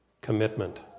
commitment